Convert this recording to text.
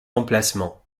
emplacement